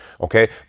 Okay